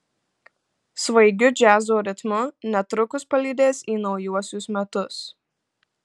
svaigiu džiazo ritmu netrukus palydės į naujuosius metus